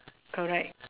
correct